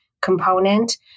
component